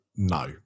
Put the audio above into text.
No